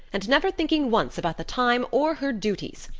and never thinking once about the time or her duties.